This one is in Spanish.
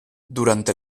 durante